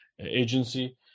agency